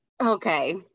okay